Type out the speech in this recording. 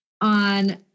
on